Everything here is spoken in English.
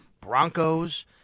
Broncos